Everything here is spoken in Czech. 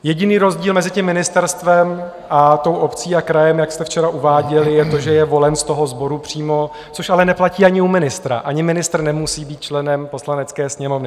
Jediný rozdíl mezi ministerstvem a obcí a krajem, jak jste včera uváděli, je to, že je volen z toho sboru přímo, což ale neplatí ani u ministra ani ministr nemusí být členem Poslanecké sněmovny.